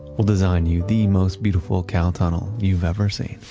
will design you the most beautiful cow tunnel you've ever seen